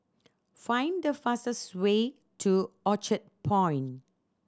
find the fastest way to Orchard Point